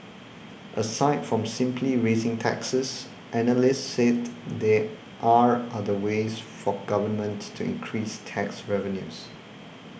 aside from simply raising taxes analysts said there are other ways for Government to increase tax revenues